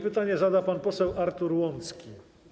Pytanie zada pan poseł Artur Łącki.